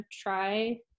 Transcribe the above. try